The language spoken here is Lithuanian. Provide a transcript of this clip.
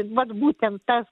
vat būtent tas